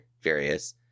various